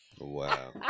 Wow